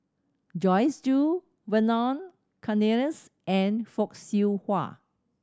Joyce Jue Vernon Cornelius and Fock Siew Wah